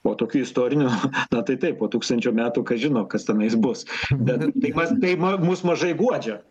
po tokių istorinių na tai taip po tūkstančio metų kas žino kas tenais bus bet taip pat tai ma mus mažai guodžia